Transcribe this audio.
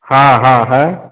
हाँ हाँ है